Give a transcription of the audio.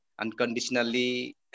unconditionally